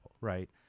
Right